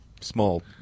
small